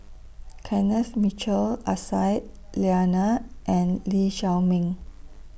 Kenneth Mitchell Aisyah Lyana and Lee Chiaw Meng